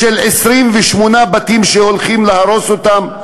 28 בתים שהולכים להרוס אותם?